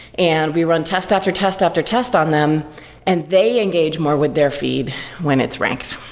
and we run test after test after test on them and they engage more with their feed when it's ranked.